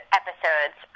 episodes